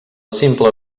simple